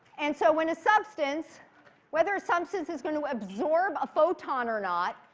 and so, when a substance whether a substance is going to absorb a photon or not,